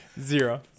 zero